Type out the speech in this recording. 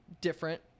different